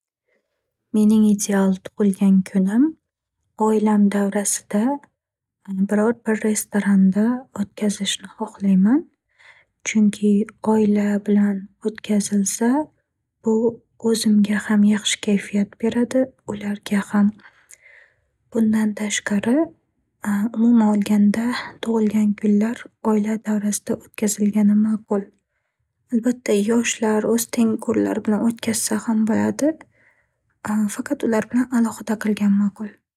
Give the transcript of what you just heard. Mening ideal tug'ilgan kunim, oilam davrasida biror bir restoranda o'tkazishni xoxlayman. Chunki, oila bilan o'tkazilsa, bu o'zimga ham yaxshi kayfiyat beradi, ularga ham. Bundan tashqari, umuman olganda, tug'ilgan kunlar oila davrasida o'tkazilgani ma'qul. Albatta, yoshlar o'z tengqurlari bilan o'tkazsa ham bo'ladi, faqat, ular bilan alohida qilgan ma'qul.